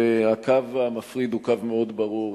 והקו המפריד הוא קו מאוד ברור,